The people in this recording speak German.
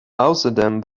außerdem